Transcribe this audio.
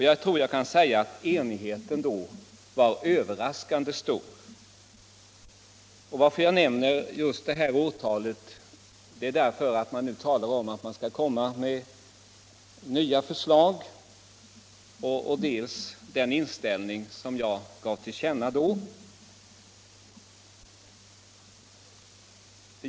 Jag tror jag kan säga att enigheten var överraskande stor. Att jag nämner just detta årtal beror dels på att man nu talar om att man skall lägga fram nya förslag, dels på den inställning som jag gav till känna då.